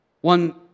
One